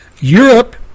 Europe